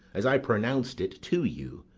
as i pronounced it to you,